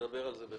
נדבר על זה בהחלט.